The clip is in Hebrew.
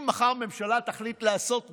אם מחר ממשלה תחליט לעשות משהו,